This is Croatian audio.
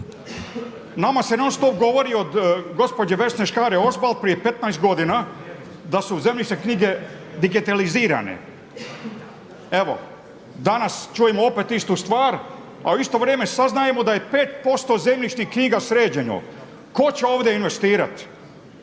Nama se non stop govori od gospođe Vesne Škare-Ožbolt prije 15 godina da su zemljišne knjige digitalizirane. Evo, danas čujemo opet istu stvar a u isto vrijeme saznajemo da je 5% zemljišnih knjiga sređeno. Tko će ovdje investirati?